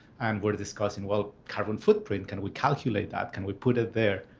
and we're discussing, well, carbon footprint, can we calculate that? can we put it there?